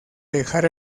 dejar